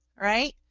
right